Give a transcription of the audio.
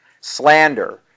Slander